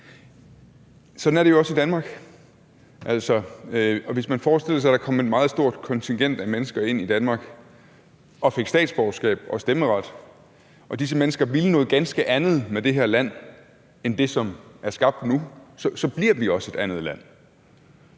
Sådan er det jo også i Danmark, og hvis man forestillede sig, at der kom et meget stort kontingent af mennesker ind i Danmark og fik statsborgerskab og stemmeret, og at disse mennesker ville noget ganske andet med det her land end det, som er skabt nu, så bliver vi også et andet land.